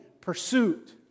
pursuit